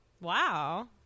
Wow